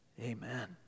Amen